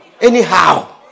Anyhow